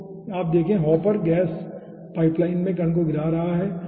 तो आप यहाँ देखें हॉपर गैस पाइपलाइन में कण को गिरा रहा है